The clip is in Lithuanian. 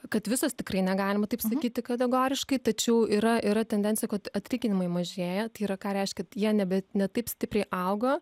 kad visos tikrai negalima taip sakyti kategoriškai tačiau yra tendencija kad atlyginimai mažėja tai yra ką reiškia jie nebe ne taip stipriai auga